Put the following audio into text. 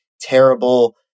terrible